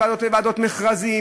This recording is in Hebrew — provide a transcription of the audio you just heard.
לוועדות מכרזים,